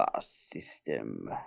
system